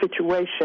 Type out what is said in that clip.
situation